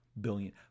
billion